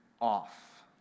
off